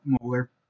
molar